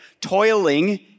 toiling